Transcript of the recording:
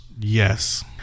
yes